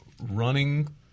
running